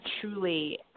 truly